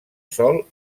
sol